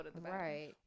Right